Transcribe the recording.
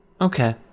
Okay